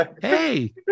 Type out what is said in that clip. Hey